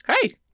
Hey